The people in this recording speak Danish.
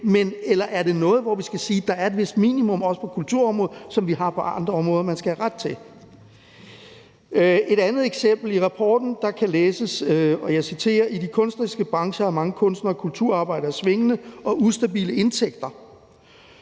Eller er det noget, hvor vi skal sige, at der er et vist minimum, også på kulturområdet, som man skal have ret til, sådan som vi har på andre områder? Et andet eksempel, der kan læses i rapporten, er, og jeg citerer, at »i de kunstneriske brancher har mange kunstnere og kulturarbejdere svingende og ustabile indtægter«.